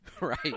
right